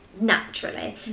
naturally